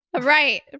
Right